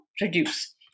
reduce